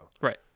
Right